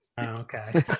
okay